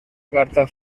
carta